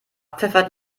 pfeffert